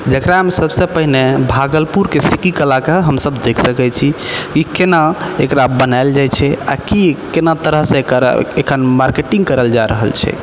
जकरामे सबसँ पहिने भागलपुरके सिक्की कलाके हमसब देख सकै छी ई केना एकरा बनायल जाइ छै आ की केना तरहसँ एकर एखन मार्केटिंग करल जा रहल छै